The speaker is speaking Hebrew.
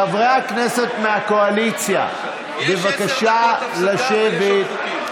חברי הכנסת מהקואליציה, בבקשה לשבת.